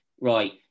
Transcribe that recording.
right